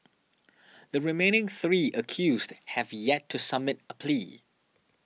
the remaining three accused have yet to submit a plea